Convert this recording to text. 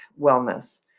wellness